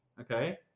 okay